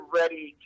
ready